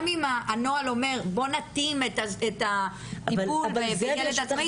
גם אם הנוהל אומר - בוא נתאים את הטיפול לילד עצמאית.